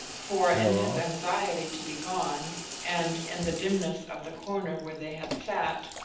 for in his anxiety to be gone and in the dimness of the corner where they had sat,